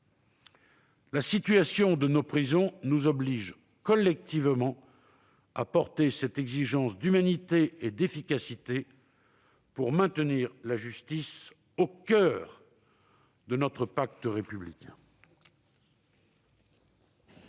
La situation de nos prisons nous oblige collectivement à porter cette exigence d'humanité et d'efficacité pour maintenir la justice au coeur de notre pacte républicain.